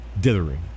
Dithering